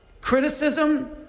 criticism